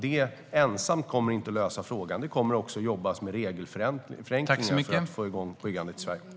Det ensamt kommer inte att lösa frågan. Det kommer också att jobbas med regelförenklingar för att få igång byggandet i Sverige.